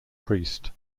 priest